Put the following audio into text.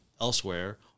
elsewhere